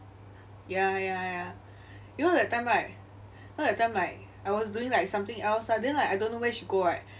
ya ya ya you know that time right you know that time like I was doing like something else ah then like I don't know where she go right